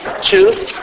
two